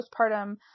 postpartum